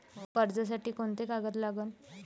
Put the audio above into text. कर्जसाठी कोंते कागद लागन?